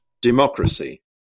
democracy